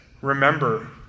remember